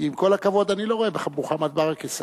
כי עם כל הכבוד, אני לא רואה במוחמד ברכה סכנה.